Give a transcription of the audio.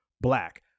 Black